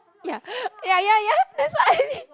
ya ya ya ya that's what I did